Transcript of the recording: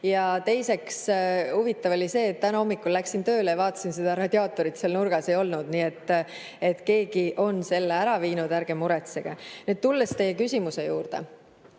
Teiseks, huvitav oli see, et täna hommikul läksin tööle ja vaatasin, et seda radiaatorit seal nurgas ei olnud. Nii et keegi on selle ära viinud. Ärge muretsege! Tulen teie küsimuse juurde.